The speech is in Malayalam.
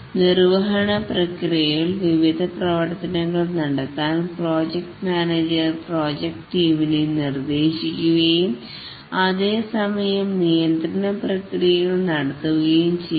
നിർവഹണ പ്രക്രിയകൾ വിവിധ പ്രവർത്തനങ്ങൾ നടത്താൻ പ്രോജക്റ്റ് മാനേജർ പ്രോജക്ട് ടീമിനെ നിർദ്ദേശിക്കുകയും അതേസമയം നിയന്ത്രണ പ്രക്രിയകൾ നടത്തുകയും ചെയ്യുന്നു